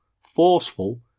forceful